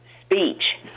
speech